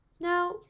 Now